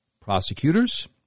prosecutors